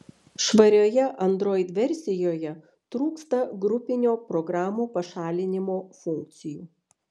švarioje android versijoje trūksta grupinio programų pašalinimo funkcijų